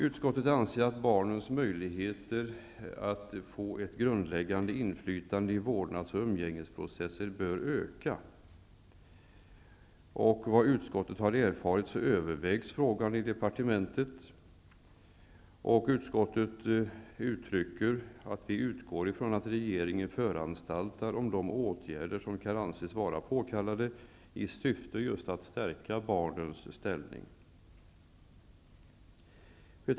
Utskottet anser att barnens möjligheter att få ett grundläggande inflytande i vårdnads och umgängesprocesser bör öka, och enligt vad utskottet erfarit övervägs frågan på departementet. Utskottet utgår från att regeringen föranstaltar om de åtgärder som kan anses vara påkallade i syfte att stärka barnens ställning.